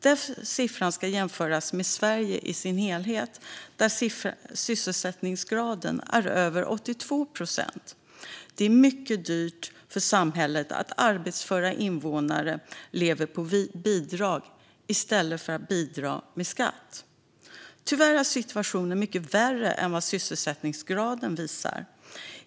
Den siffran ska jämföras med Sverige i sin helhet, där sysselsättningsgraden är över 82 procent. Det är mycket dyrt för samhället att arbetsföra invånare lever på bidrag i stället för att bidra med skatt. Tyvärr är situationen mycket värre än vad sysselsättningsgraden visar.